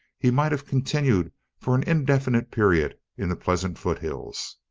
he might have continued for an indefinite period in the pleasant foothills.